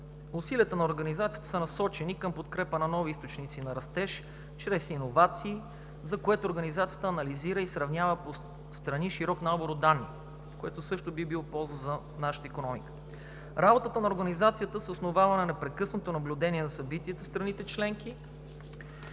Усилията на Организацията са насочени към подкрепа на нови източници на растеж чрез иновации, за което Организацията анализира и сравнява по страни широк набор от данни, което също би било от полза за нашата икономика. Работата на Организацията се основава на непрекъснато наблюдение на събитията в страните членки,